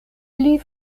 pli